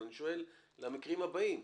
אבל אני שואל למקרים הבאים,